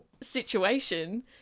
situation